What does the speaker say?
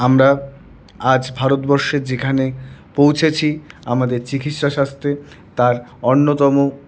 আমরা আজ ভারতবর্ষের যেখানে পৌঁছেছি আমাদের চিকিৎসা শাস্ত্রে তার অন্যতম